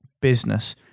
business